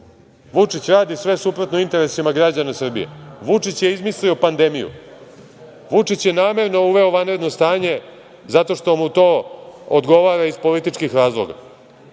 Vučić radi sve suprotno interesima građana Srbije, Vučić je izmislio pandemiju, Vučić je namerno uveo vanredno stanje zato što mu to odgovara iz političkih razloga,